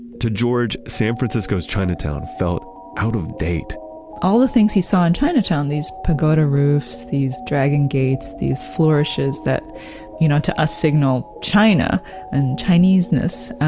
to george san francisco's chinatown felt out of date all the things he saw in chinatown, these pagoda roofs, these dragon gates, these flourishes that you know to us signal china and chinese-ness,